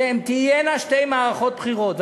שתהיינה שתי מערכות בחירות.